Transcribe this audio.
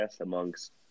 amongst